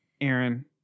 Aaron